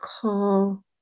call